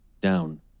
down